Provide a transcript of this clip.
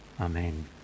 Amen